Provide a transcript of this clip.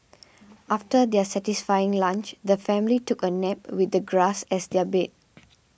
after their satisfying lunch the family took a nap with the grass as their bed